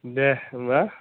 दे होनबा